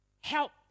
help